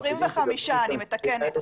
25. אני מתקנת.